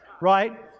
Right